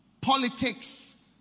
politics